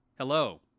Hello